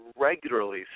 regularly